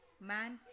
man